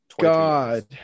God